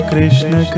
Krishna